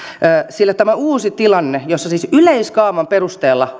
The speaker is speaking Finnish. sillä tämä uusi tilanne jossa siis yleiskaavan perusteella